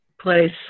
place